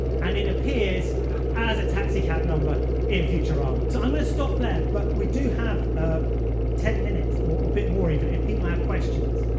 and it appears as a taxicab number in futurama. so i'm going to stop there, but we do have ah ten minutes, or a bit more, even, if people have questions.